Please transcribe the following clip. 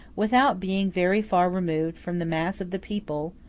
without being very far removed from the mass of the people,